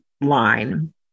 line